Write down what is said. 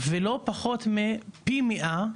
ולא פחות מפי 100,